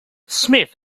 smith